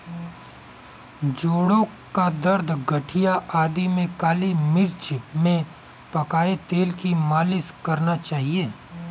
जोड़ों का दर्द, गठिया आदि में काली मिर्च में पकाए तेल की मालिश करना चाहिए